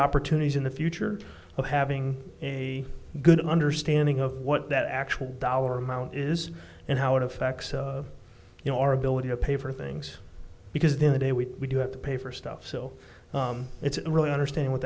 opportunities in the future of having a good understanding of what that actual dollar amount is and how it affects you know our ability to pay for things because then the day we do have to pay for stuff so it's really understand what